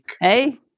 hey